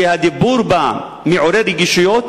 שהדיבור בה מעורר רגישויות,